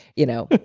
you know.